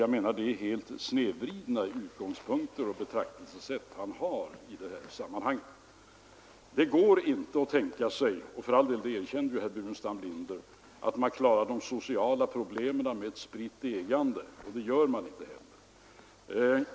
Jag menar att det är helt snedvridna utgångspunkter och betraktelsesätt han har i detta sammanhang. Det går inte — och det erkände för all del herr Burenstam Linder — att klara de sociala problemen med ett spritt ägande.